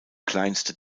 kleinste